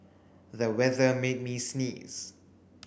the weather made me sneeze